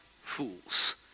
fools